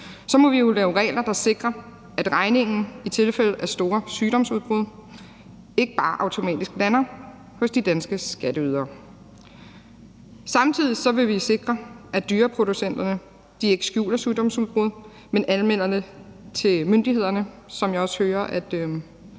må vi jo lave regler, der sikrer, at regningen i tilfælde af store sygdomsudbrud ikke bare automatisk lander hos de danske skatteydere. Samtidig vil vi også sikre, at dyreproducenterne ikke skjuler sygdomsudbrud, men at de anmelder det til myndighederne, hvad jeg også hører